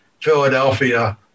philadelphia